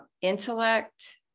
intellect